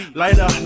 lighter